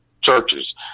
churches